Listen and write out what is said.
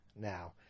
now